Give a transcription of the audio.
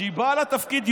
כשהיא באה לתפקיד,